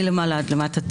מלמעלה עד למטה,